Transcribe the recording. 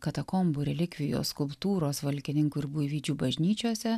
katakombų relikvijos skulptūros valkininkų ir buivydžių bažnyčiose